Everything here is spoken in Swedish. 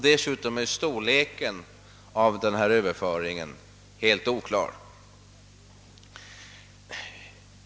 Dessutom är storleken av denna överföring helt oklar.